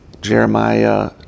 Jeremiah